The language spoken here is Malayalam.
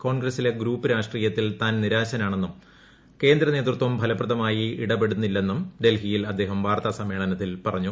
കോൺഗ്രസിലെ ഗ്രൂപ്പ് രാഷ്ട്രീയത്തിൽ താൻ നിരാശനാണെന്നും കേന്ദ്രനേതൃത്വം ഫലപ്രദമായി ഇടപെടുന്നില്ലെന്നും ഡൽഹിയിൽ അദ്ദേഹം വാർത്താ സമ്മേളനത്തിൽ പറഞ്ഞു